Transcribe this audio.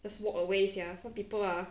just walk away sia some people ah